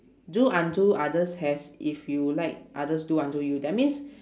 do unto others as if you like others do unto you that means